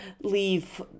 leave